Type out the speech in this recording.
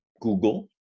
google